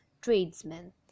tradesmen